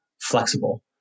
flexible